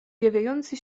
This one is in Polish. zjawiający